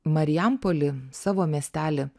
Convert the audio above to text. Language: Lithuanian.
marijampolį savo miestelį